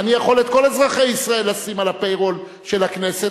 אני יכול את כל אזרחי ישראל לשים על ה- payrollשל הכנסת,